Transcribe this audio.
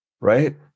right